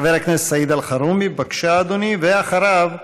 חבר הכנסת סעיד אלחרומי, בבקשה, אדוני, ואחריו,